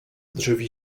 drzwi